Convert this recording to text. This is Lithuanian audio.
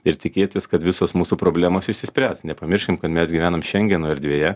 ir tikėtis kad visos mūsų problemos išsispręs nepamirškim kad mes gyvenam šengeno erdvėje